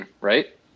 right